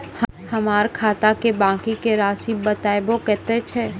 हमर खाता के बाँकी के रासि बताबो कतेय छै?